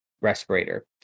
respirator